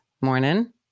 morning